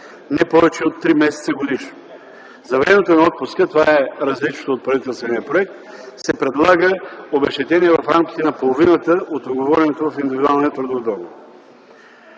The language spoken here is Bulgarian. не повече от три месеца годишно. За времето на отпуска, това е различно от правителствения проект, се предлага обезщетение в рамките на половината от уговореното в индивидуалния трудов договор.